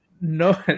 No